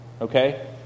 okay